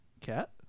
cat